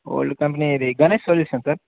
old కంపెనీది Ganesh solution sir